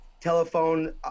telephone